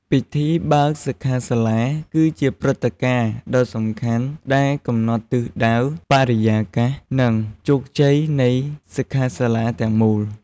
ពិធីបើកសិក្ខាសាលា គឺជាព្រឹត្តិការណ៍ដ៏សំខាន់ដែលកំណត់ទិសដៅ បរិយាកាស និងជោគជ័យនៃសិក្ខាសាលាទាំងមូល។